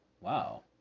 wow